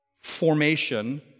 formation